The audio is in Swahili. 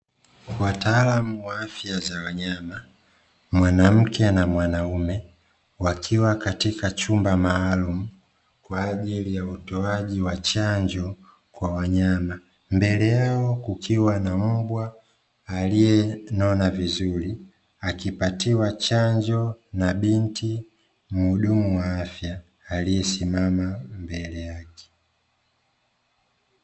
Wataalamu wa afya za wanyama (mwanamke na mwanaume), wakiwa katika chumba maalumu kwa ajili ya utoaji wa chanjo kwa wanyama. Mbele yao kukiwa na mbwa aliyenona vizuri, akipatiwa chanjo na binti mhudumu wa afya aliyesimama mbele yake.